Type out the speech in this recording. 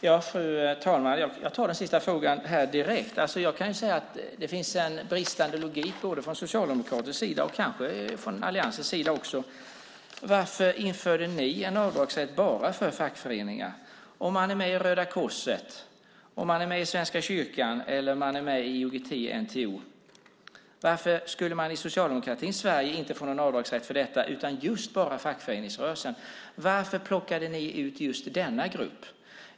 Fru talman! Jag tar den sista frågan direkt. Jag kan säga att det finns en bristande logik både från socialdemokratisk sida och kanske från alliansens sida också. Varför införde ni en avdragsrätt bara för fackföreningar? Varför skulle man i socialdemokratins Sverige inte få någon avdragsrätt om man är med i Röda Korset, om man är med i Svenska kyrkan eller om man är med i IOGT-NTO utan just bara för medlemskap i fackföreningsrörelsen? Varför plockade ni ut just denna grupp?